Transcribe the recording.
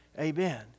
Amen